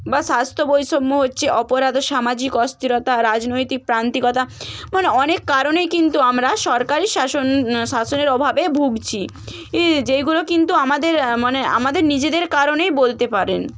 বা স্বাস্থ্য বৈষম্য হচ্ছে অপরাধ ও সামাজিক অস্থিরতা রাজনৈতিক প্রান্তিকতা মানে অনেক কারণেই কিন্তু আমরা সরকারি শাসন শাসনের অভাবে ভুগছি ই যেইগুলো কিন্তু আমাদের মানে আমাদের নিজেদের কারণেই বলতে পারেন